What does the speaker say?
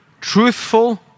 truthful